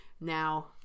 now